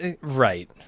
Right